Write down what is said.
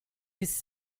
his